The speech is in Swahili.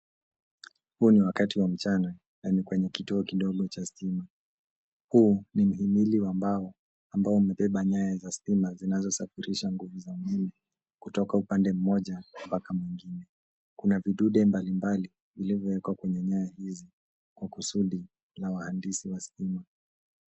Huu ni wakati wa mchana na ni kwenye kituo kidogo cha stima. Huu ni mhimili wa mbao ambao umebeba nyaya za stima zinazosafirisha nguvu za umeme kutoka upande mmoja mpaka mwingine. Kuna vidude mbalimbali zilizowekwa kwenye nyaya hizi kwa kusudi ka waandisi wa stima.